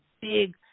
big